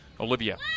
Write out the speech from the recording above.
Olivia